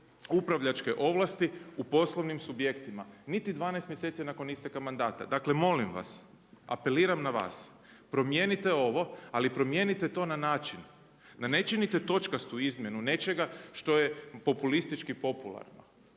upravljačke ovlasti u poslovnim subjektima niti 12 mjeseci nakon isteka mandata. Dakle molim vas, apeliram na vas, promijenite ovo ali promijenite to na način da ne činite točkastu izmjenu nečega što je populistički popularno.